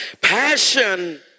Passion